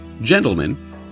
Gentlemen